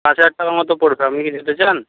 পাঁচ হাজার টাকার মতো পড়বে আপনি কি যেতে চান